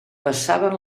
passaven